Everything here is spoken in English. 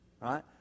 right